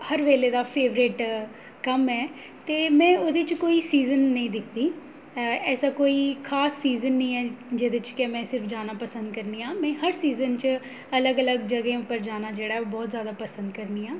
हर बेल्लै दा फेवरेट कम्म ऐ ते में ओह्दे च कोई सीज़न निं दिखदी अऽ ऐसा कोई खास सीज़न निं ऐ जेह्दे च के में सिर्फ जाना पसंद करनी आं में हर सीज़न च अलग अलग जगहें उप्पर जाना जेह्ड़ा ऐ ओह् बहुत पसंद करनी आं